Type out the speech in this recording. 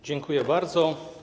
Dziękuję bardzo.